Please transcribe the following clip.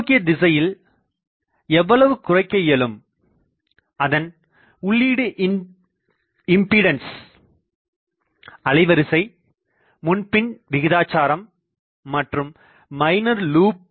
பின்னோக்கிய திசையில் எவ்வளவு குறைக்க இயலும் அதன் உள்ளீடு இம்பெடன்ஸ்input impedance அலைவரிசை முன்பின் விகிதாச்சாரம் மற்றும் மைனர் லுஃப்